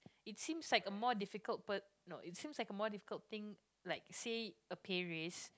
it's seemed like a more difficult but no it's seemed like a more difficult thing like say a paris